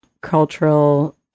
cultural